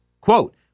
Quote